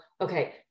okay